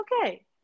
okay